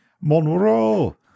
Monroe